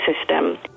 system